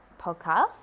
podcast